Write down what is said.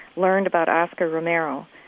learned about oscar romero,